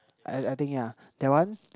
I I think yeah that one